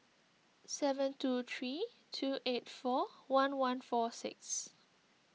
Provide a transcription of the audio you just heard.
seven two three two eight four one one four six